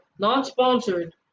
non-sponsored